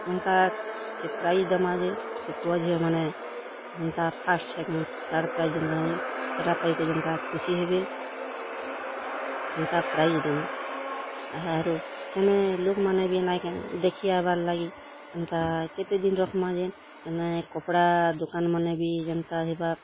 ଯେନ୍ତା ସେ ପ୍ରାଇଜ୍ ଦେମା ଯେ ସେ ପୁଅ ଝିଅମାନେ ଯେନ୍ତା ଫାଷ୍ଟ୍ ସେକେଣ୍ଡ୍ ଥାର୍ଡ଼୍ ପ୍ରାଇଜ୍ ସେଟା ପାଇକରି ଯେନ୍ତା ଖୁସି ହେବେ ସେନ୍ତା ପ୍ରାଇଜ୍ ଦେମା ଆରୁ ସେନେ ଲୋକ୍ମାନେ ବି ନାଇଁ କେଁ ଦେଖି ଆଏବାର୍ ଲାଗି ଏନ୍ତା କେତେ ଦିନ୍ ରଖ୍ମା ଯେ ଏନେ କପଡ଼ା ଦୋକାନ୍ ମାନେ ଯେନ୍ତା ହେବା